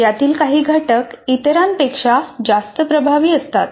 यातील काही घटक इतरांपेक्षा जास्त प्रभावी असतात